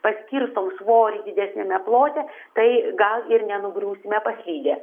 paskirstom svorį didesniame plote tai gal ir nenugriūsime paslydę